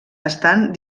estan